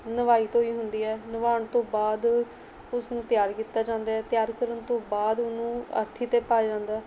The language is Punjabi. ਨਵਾਈ ਧੋਈ ਹੁੰਦੀ ਹੈ ਨਵਾਉਣ ਤੋਂ ਬਾਅਦ ਉਸਨੂੰ ਤਿਆਰ ਕੀਤਾ ਜਾਂਦਾ ਹੈ ਤਿਆਰ ਕਰਨ ਤੋਂ ਬਾਅਦ ਉਹਨੂੰ ਅਰਥੀ 'ਤੇ ਪਾਇਆ ਜਾਂਦਾ